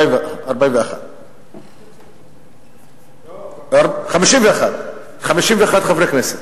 41. לא, 51. 51 חברי כנסת.